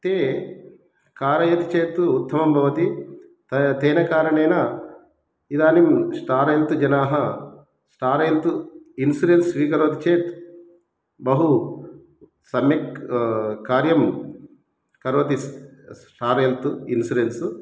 ते कारयति चेत् उत्तमं भवति ता तेन कारणेन इदानीं स्टार् एल्त् जनाः स्टार् एल्त् इन्सुरेन्स् स्वीकरोति चेत् बहु सम्यक् कार्यं करोति स् स्टार् एल्त् इन्सुरेन्स्